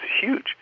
huge